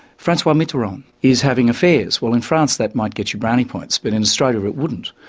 francois mitterrand is having affairs. well, in france that might get you brownie points, but in australia it wouldn't.